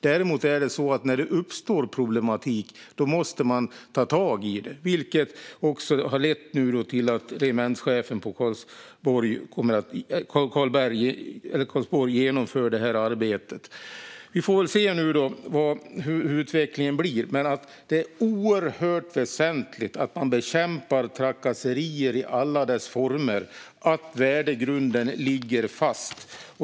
Däremot är det så att när det uppstår problematik måste man ta tag i den, vilket också har lett till att regementschefen på Karlsborg nu genomför det här arbetet. Vi får väl se hur utvecklingen blir. Men det är oerhört väsentligt att man bekämpar trakasserier i alla former och att värdegrunden ligger fast.